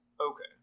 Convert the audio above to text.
Okay